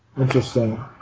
Interesting